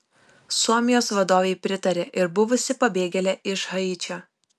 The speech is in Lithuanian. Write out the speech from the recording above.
suomijos vadovei pritarė ir buvusi pabėgėlė iš haičio